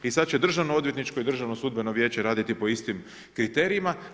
I sada će Državnoodvjetničko i Državno sudbeno vijeće raditi po istim kriterijima.